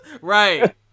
Right